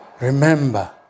remember